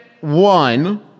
one